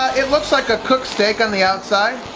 it looks like a cooked steak on the outside.